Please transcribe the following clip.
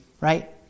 right